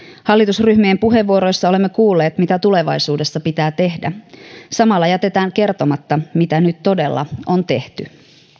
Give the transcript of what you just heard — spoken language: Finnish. hallitusryhmien puheenvuoroissa olemme kuulleet mitä tulevaisuudessa pitää tehdä samalla jätetään kertomatta mitä nyt todella on tehty